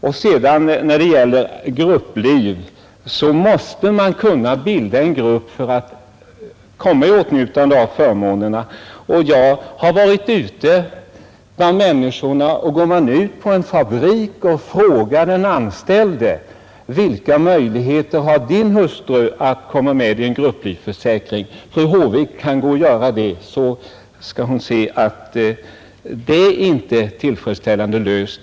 Vad slutligen grupplivförsäkringen beträffar måste man ju kunna bilda en grupp för att komma i åtnjutande av förmånerna där. Jag har t.ex. kunnat fråga en anställd på en fabrik: Vilka möjligheter har din hustru att komma med i en grupplivförsäkring? Fru Håvik kan ju göra detsamma. Då skall hon finna att de möjligheterna inte är tillfredsställande.